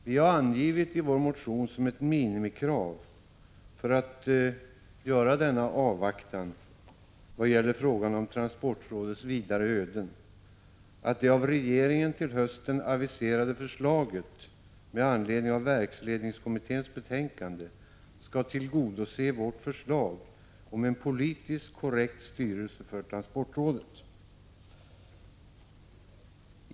Vi har angivit i vår motion som ett minimikrav för att avvakta vad gäller frågan om transportrådets vidare öde, att det av regeringen till hösten aviserade förslaget med anledning av verksledningskommitténs betänkande skall tillgodose vårt förslag om en politiskt korrekt styrelse för transportrådet.